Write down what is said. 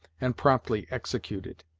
and promptly executed.